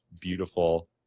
beautiful